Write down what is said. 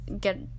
get